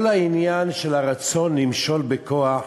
כל העניין של הרצון למשול בכוח